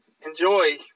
enjoy